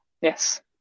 Yes